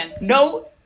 no